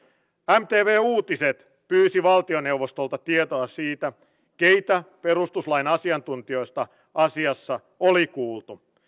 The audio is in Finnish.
mtv uutiset pyysi valtioneuvostolta tietoa siitä keitä perustuslain asiantuntijoita asiassa oli kuultu